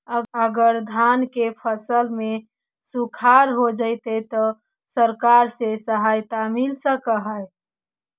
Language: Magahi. अगर धान के फ़सल में सुखाड़ होजितै त सरकार से सहायता मिल सके हे?